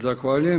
Zahvaljujem.